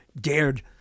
dared